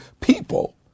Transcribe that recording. people